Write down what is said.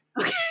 Okay